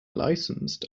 licensed